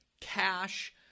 Cash